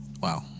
Wow